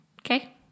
Okay